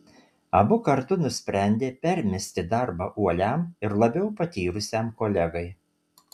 abu kartu nusprendė permesti darbą uoliam ir labiau patyrusiam kolegai